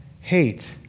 hate